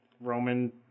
Roman